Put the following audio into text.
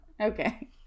Okay